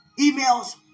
emails